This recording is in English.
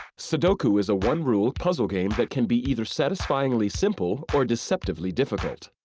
sudoku is a one-rule puzzle game that can be either satisfyingly simple or deceptively difficult.